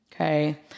Okay